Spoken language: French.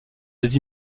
des